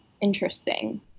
Interesting